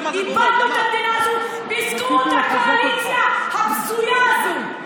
איבדנו את המדינה הזו בזכות הקואליציה הבזויה הזו,